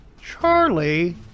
Charlie